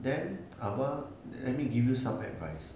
then abah let me give you some advice